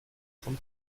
kommt